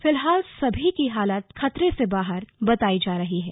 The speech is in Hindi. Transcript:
फिलहाल सबकी हालत खतरे से बाहर बताई जा रही है